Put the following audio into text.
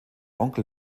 onkel